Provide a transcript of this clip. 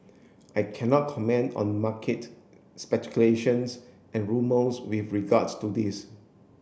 I can not comment on market speculations and rumours with regards to this